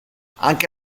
anche